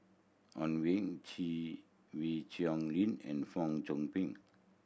Owyang Chi Wee Chong Jin and Fong Chong Pik